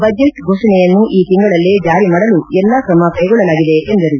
budget ಫೋಷಣೆಯನ್ನು ಈ ತಿಂಗಳಲ್ಲೇ ಜಾರಿ ಮಾಡಲು ಎಲ್ಲಾ ಕ್ರಮ ಕೈಗೊಳ್ಳಲಾಗಿದೆ ಎಂದರು